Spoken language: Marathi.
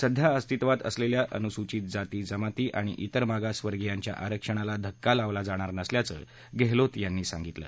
सध्या अस्तित्वात असलस्था अनुसूचित जाती जमाती आणि त्रिर मागास वर्गीयांच्या आरक्षणाला धक्का लावला जाणार नसल्याचं गहलोत यांनी सांगितलं